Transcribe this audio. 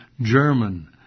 German